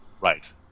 Right